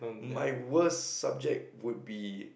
my worst subject would be